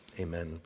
amen